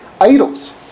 idols